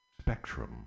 Spectrum